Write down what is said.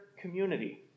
community